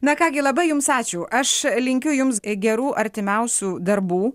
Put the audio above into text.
na ką gi labai jums ačiū aš linkiu jums gerų artimiausių darbų